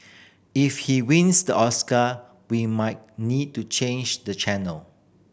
if he wins the Oscar we might need to change the channel